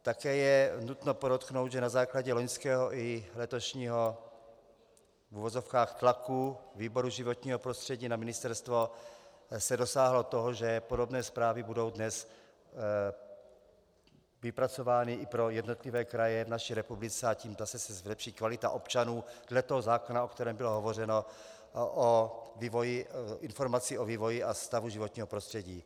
Také je nutno podotknout, že na základě loňského i letošního v uvozovkách tlaku výboru životního prostředí na ministerstvo se dosáhlo toho, že podobné zprávy budou dnes vypracovány i pro jednotlivé kraje v naší republice, a tím se zlepší kvalita občanů dle toho zákona, o kterém bylo hovořeno, informací o vývoji a stavu životního prostředí.